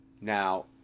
Now